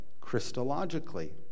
Christologically